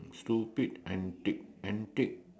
stupid antic antic